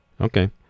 Okay